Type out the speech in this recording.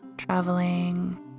Traveling